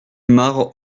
mare